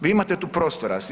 Vi imate tu prostora.